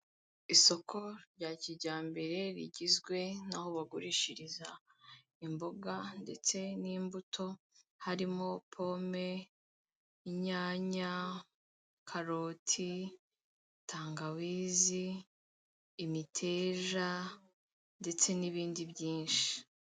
Isoko rya kijyambere rigizwe naho bagurishiriza imboga ndetse n'imbuto harimo pome, inyanya, karoti, tangawizi, imiteja ndetse n'ibindi byinshi.